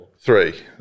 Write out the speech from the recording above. Three